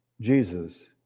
Jesus